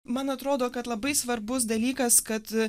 man atrodo kad labai svarbus dalykas kad